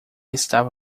estava